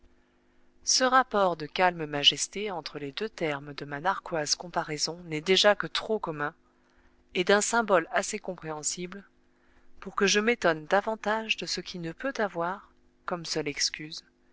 ce rapport de calme majesté entre les deux termes de ma narquoise comparaison n'est déjà que trop commun et d'un symbole assez compréhensible pour que je m'étonne davantage de ce qui ne peut avoir comme seule excuse